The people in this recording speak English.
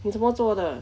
你怎么做的